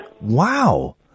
Wow